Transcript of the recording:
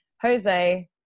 Jose